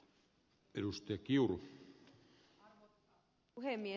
arvoisa puhemies